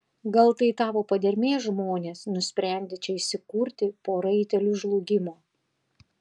gal tai tavo padermės žmonės nusprendę čia įsikurti po raitelių žlugimo